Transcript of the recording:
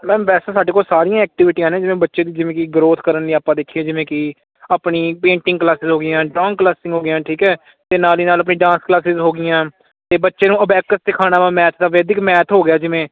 ma'am ਵੈਸੇ ਸਾਡੇ ਕੋਲ ਸਾਰੀਆਂ ਐਕਟੀਵਿਟੀਆਂ ਨੇ ਜਿਵੇਂ ਬੱਚੇ ਦੀ ਜਿਵੇਂ ਕਿ ਗਰੋਥ ਕਰਨ ਲਈ ਆਪਾਂ ਦੇਖੀਏ ਜਿਵੇਂ ਕਿ ਆਪਣੀ ਪੇਂਟਿੰਗ ਕਲਾਸਿਸ ਹੋ ਗਈਆਂ ਡਰੋਨ ਕਲਾਸਿੰਗ ਹੋ ਗਈਆਂ ਠੀਕ ਹ ਤੇ ਨਾਲ ਦੀ ਨਾਲ ਆਪਾਂ ਡਾਂਸ ਕਲਾਸ ਹੋ ਗਈਆਂ ਤੇ ਬੱਚੇ ਨੂੰ ਅਬੈਕਸ ਦਿਖਾਣਾ ਵਾ ਮੈਥ ਦਾ ਬੇਸਿਕ ਮੈਥ ਹੋ ਗਿਆ ਜਿਵੇਂ